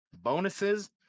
bonuses